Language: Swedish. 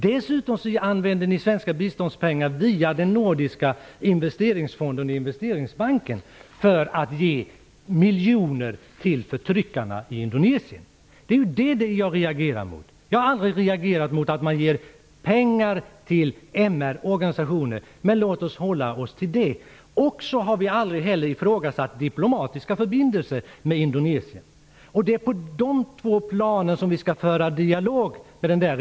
Dessutom använder ni svenska biståndspengar via den nordiska investeringsfonden och investeringsbanken för att ge miljoner till förtryckarna i Indonesien. Det är detta jag reagerar emot. Jag har aldrig reagerat mot att man ger pengar till MR-organisationer. Men låt oss hålla oss till det! Vi har heller aldrig ifrågasatt diplomatiska förbindelser med Indonesien. Det är på de två planen som vi skall föra en dialog med regimen där.